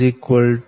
dab'